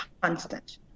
constant